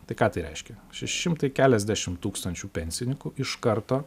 tai ką tai reiškia šeši šimtai keliasdešimt tūkstančių pensininkų iš karto